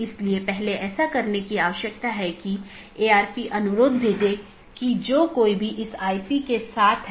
तो autonomous system या तो मल्टी होम AS या पारगमन AS हो सकता है